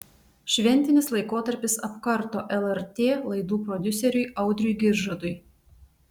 šventinis laikotarpis apkarto lrt laidų prodiuseriui audriui giržadui